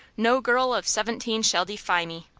no girl of seventeen shall defy me!